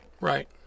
Right